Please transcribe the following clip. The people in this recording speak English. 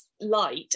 light